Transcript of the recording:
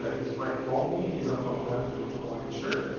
ah is bret gwaltney. he's up on the left in the hawaiian shirt.